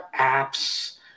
apps